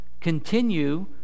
continue